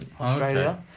Australia